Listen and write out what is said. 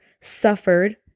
suffered